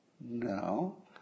No